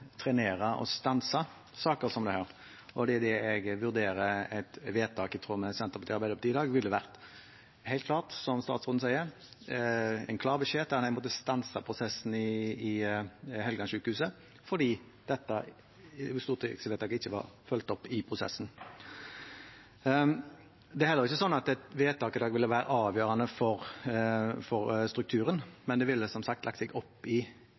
trenere og stanse saker som dette. Jeg vurderer det slik at et vedtak i tråd med Senterpartiet og Arbeiderpartiet i dag ville vært, som statsråden sier, en klar beskjed om at en måtte stanse prosessene i Helgelandssykehuset fordi dette stortingsvedtaket ikke var fulgt opp i prosessen. Det er heller ikke slik at et vedtak i dag ville vært avgjørende for strukturen, men det ville som sagt lagt seg opp i